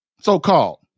so-called